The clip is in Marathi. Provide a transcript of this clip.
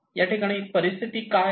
या ठिकाणी परिस्थिती काय आहे